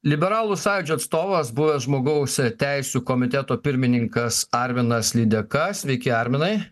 liberalų sąjūdžio atstovas buvęs žmogaus teisių komiteto pirmininkas arminas lydeka sveiki arminai